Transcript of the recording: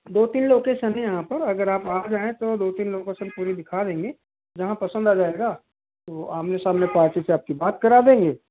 दो तीन लोकेशन हैं यहाँ पर अगर आप आ जाएँ तो दो तीन लोकेशन पूरी दिखा देंगे जहाँ पसंद आ जाएगा तो आमने सामने पार्टी से आप की बात करा देंगे